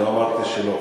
אני לא אמרתי שלא,